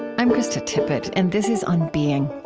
i'm krista tippett, and this is on being.